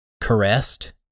caressed